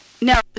Now